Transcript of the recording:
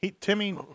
Timmy